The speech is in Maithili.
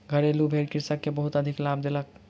घरेलु भेड़ कृषक के बहुत अधिक लाभ देलक